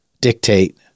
dictate